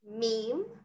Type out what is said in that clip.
meme